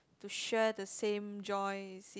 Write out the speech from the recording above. to share the same joy same